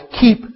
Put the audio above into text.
keep